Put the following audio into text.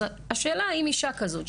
אז השאלה אם אישה כזאת,